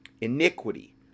Iniquity